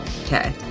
Okay